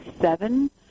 seven